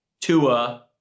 Tua